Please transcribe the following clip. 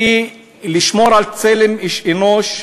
הן לשמור על צלם אנוש,